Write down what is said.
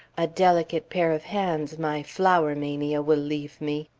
a delicate pair of hands my flower mania will leave me!